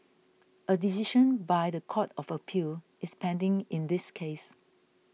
a decision by the Court of Appeal is pending in this case